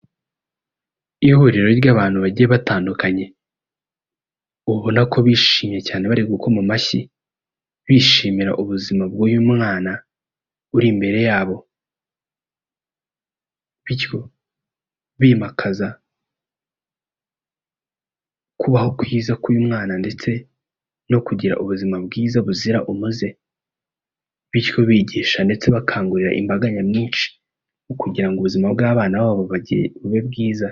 Ihuriro ry'abantu bagiye batandukanye, ubona ko bishimye cyane bari gukoma amashyi, bishimira ubuzima bw'uyu mwana uri imbere yabo, bityo bimakaza kubaho kwiza k'uyu mwana ndetse no kugira ubuzima bwiza buzira umuze, bityo bigisha ndetse bakangurira imbaga nyamwinshi, kugira ngo ubuzima bw'abana babo bube bwiza.